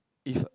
if